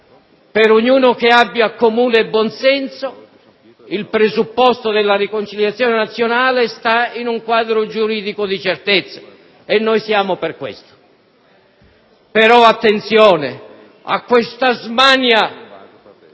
per ognuno che abbia comune buonsenso, il presupposto della riconciliazione nazionale sta in un quadro giuridico di certezze e noi siamo per questo. Però attenzione a questa smania